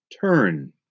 Turn